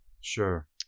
Sure